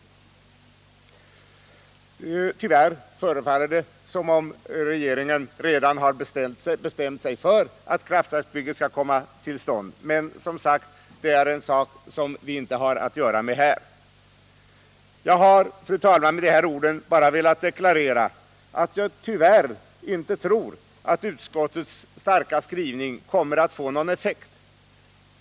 Tyvärr förefaller det som om regeringen redan har bestämt sig för att kraftverksbygget skall komma till stånd, men det är en sak som vi som sagt inte har att göra med här. Jag har, fru talman, med de här orden velat deklarera att jag tyvärr inte tror att utskottets starka skrivning kommer att få någon effekt.